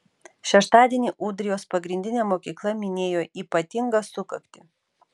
šeštadienį ūdrijos pagrindinė mokykla minėjo ypatingą sukaktį